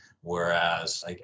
Whereas